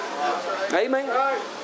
Amen